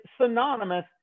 synonymous